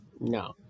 No